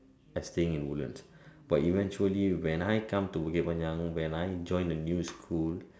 as staying at woodlands but eventually when I come to Bukit-Panjang when I join the new school